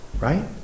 right